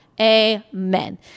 amen